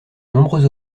nombreux